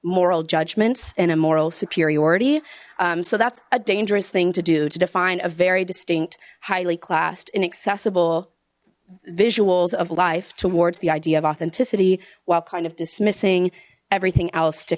moral judgements in a moral superiority so that's a dangerous thing to do to define a very distinct highly classed inaccessible visuals of life towards the idea of authenticity while kind of dismissing everything else to